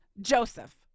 Joseph